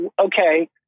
okay